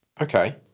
Okay